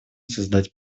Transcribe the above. создать